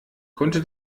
konnte